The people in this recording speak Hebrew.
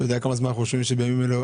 אתה יודע כמה זמן אנחנו שומעים "בימים אלה"?